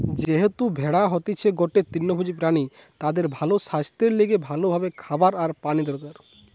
যেহেতু ভেড়া হতিছে গটে তৃণভোজী প্রাণী তাদের ভালো সাস্থের লিগে ভালো ভাবে খাওয়া আর পানি দরকার